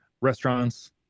restaurants